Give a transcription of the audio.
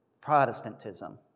Protestantism